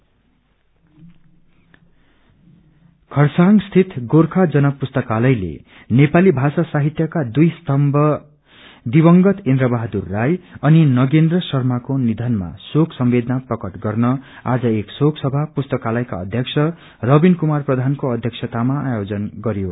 condolence खरसाङस्थित गोर्खा जन पुस्तकालयले नेपाली भाषा साहित्यका दुइ सत्य दिव्रगत इन्द्रवहादुर राई अनि नगेन्द्र शर्माको निधनामा श्रेक सम्वेदना प्रकट गर्न आज एक शेक सभा पुस्ताक्तयका अध्यक्ष रवीन कुमार प्रवानको अध्यक्षतामा आयोजन गरियो